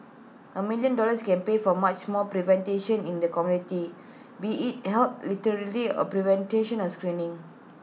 A million dollars can pay for much more prevention in the community be IT in health literacy or prevention or screening